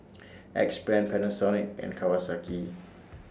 Axe Brand Panasonic and Kawasaki